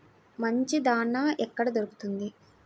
మంచి దాణా ఎక్కడ దొరుకుతుంది?